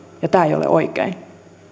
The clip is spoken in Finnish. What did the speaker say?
ja tämä ei ole oikein